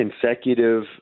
consecutive